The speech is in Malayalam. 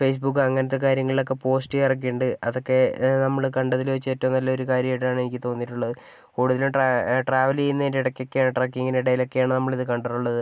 ഫേസ്ബുക്ക് അങ്ങനത്തെ കാര്യങ്ങളിലൊക്കെ പോസ്റ്റ് ചെയ്യാറൊക്കെ ഉണ്ട് അതൊക്കെ നമ്മൾ കണ്ടതിൽ വെച്ച് ഏറ്റവും നല്ലൊരു കാര്യമായിട്ടാണ് എനിക്ക് തോന്നിയിട്ടുള്ളത് കൂടുതലും ട്രാ ട്രാവൽ ചെയ്യുന്നതിന്റെ ഇടയ്ക്കൊക്കെ ട്രക്കിങ്ങിന് ഇടയിലൊക്കെയാണ് നമ്മളിത് കണ്ടിട്ടുള്ളത്